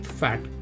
fat